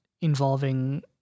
involving